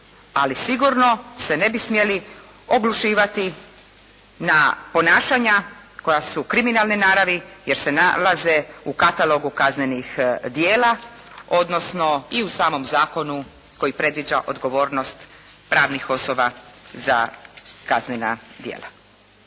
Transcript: ali sigurno se ne bi smjeli oglušivati na ponašanja koja su kriminalne naravi jer se nalaze u katalogu kaznenih djela, odnosno i u samom zakonu koji predviđa odgovornost pravnih osoba za kaznena djela.